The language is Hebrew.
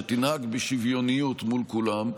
שתנהג בשוויוניות מול כולם,